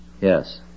Yes